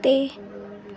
ਅਤੇ